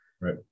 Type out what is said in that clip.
Right